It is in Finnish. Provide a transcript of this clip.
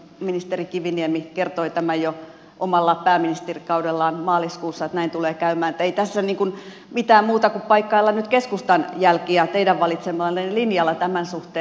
ministeri kiviniemi kertoi tämän jo omalla pääministerikaudellaan maaliskuussa että näin tulee käymään joten ei tässä mitään muuta tehdä kuin paikkaillaan nyt keskustan jälkiä teidän valitsemallanne linjalla tämän suhteen